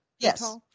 Yes